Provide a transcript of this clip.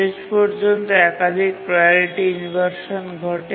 শেষ পর্যন্ত একাধিক প্রাওরিটি ইনভারশান ঘটে